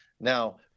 Now